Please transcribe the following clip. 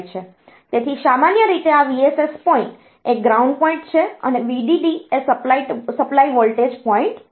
તેથી સામાન્ય રીતે આ VSS પોઈન્ટ એ ગ્રાઉન્ડ પોઈન્ટ છે અને VDD એ સપ્લાય વોલ્ટેજ પોઈન્ટ છે